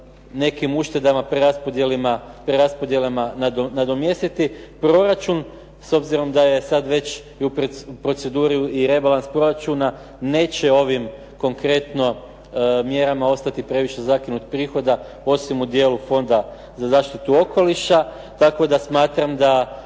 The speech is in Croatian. nekim uštedama, preraspodjelama nadomjestiti proračun. S obzirom da je sada već u proceduri i rebalans proračuna neće ovim konkretno mjerama ostati previše zakinutih prihoda, osim u dijelu Fonda za zaštitu okoliša. Tako da smatram,